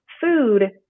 food